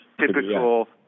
typical